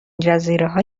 جزیرههای